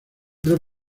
tres